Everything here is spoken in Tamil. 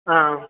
ஆ